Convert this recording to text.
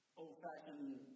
old-fashioned